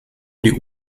die